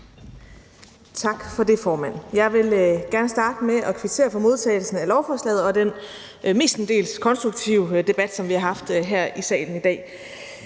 Tak for det, formand. Jeg vil gerne starte med at kvittere for modtagelsen af lovforslaget og den mestendels konstruktive debat, som vi har haft her i salen i dag.